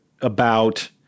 about-